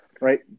Right